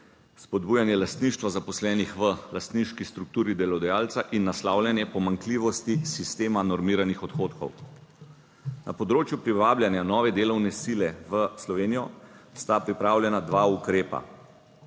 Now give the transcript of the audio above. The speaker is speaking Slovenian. spodbujanje lastništva zaposlenih v lastniški strukturi delodajalca in naslavljanje pomanjkljivosti sistema normiranih odhodkov. Na področju privabljanja nove delovne sile v Slovenijo sta pripravljena dva ukrepa.